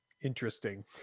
interesting